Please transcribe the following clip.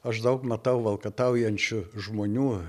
aš daug matau valkataujančių žmonių